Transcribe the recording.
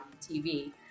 TV